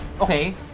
Okay